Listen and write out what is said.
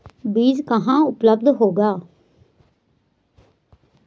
बीज कहाँ उपलब्ध होगा?